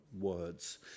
words